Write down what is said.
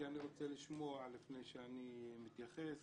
כי אני רוצה לשמוע לפני שאני מתייחס,